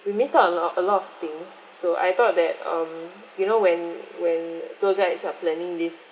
we miss out a lot a lot of things so I thought that um you know when when tour guides are planning this